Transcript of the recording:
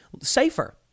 Safer